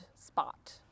spot